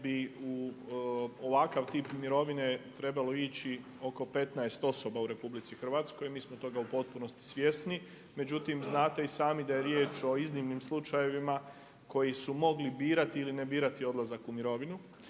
bi u ovakav tip mirovine trebalo ići oko 15 osoba u RH, mi smo toga u potpunosti svjesni. Međutim, znate i sami da je riječ o iznimnim slučajevima koji su mogli birati ili ne birati odlazak u mirovinu.